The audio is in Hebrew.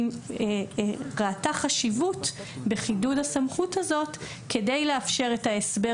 היא ראתה חשיבות בחידוד הסמכות הזאת כדי לאפשר את ההסבר